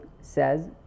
says